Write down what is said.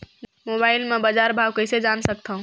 Mobile म बजार भाव कइसे जान सकथव?